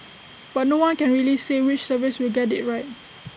but no one can really say which service will get IT right